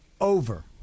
over